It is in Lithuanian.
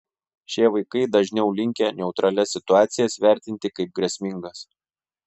šie vaikai dažniau linkę neutralias situacijas vertinti kaip grėsmingas